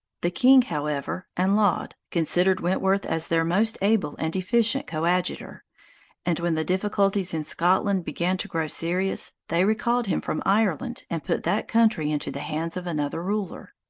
the king, however, and laud, considered wentworth as their most able and efficient coadjutor and when the difficulties in scotland began to grow serious, they recalled him from ireland, and put that country into the hands of another ruler.